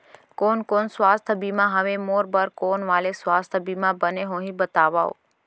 कोन कोन स्वास्थ्य बीमा हवे, मोर बर कोन वाले स्वास्थ बीमा बने होही बताव?